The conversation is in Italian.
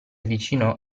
avvicinò